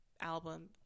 album